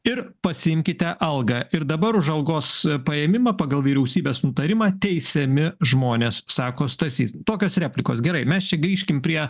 ir pasiimkite algą ir dabar už algos paėmimą pagal vyriausybės nutarimą teisiami žmonės sako stasys tokios replikos gerai mes čia grįžkim prie